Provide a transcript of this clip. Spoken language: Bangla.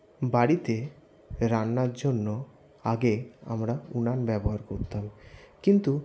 বাড়িতে রান্নার জন্য আগে আমরা উনান ব্যবহার করতাম কিন্তু